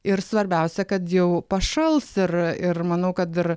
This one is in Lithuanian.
ir svarbiausia kad jau pašals ir ir manau kad ir